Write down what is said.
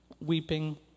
Weeping